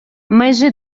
межи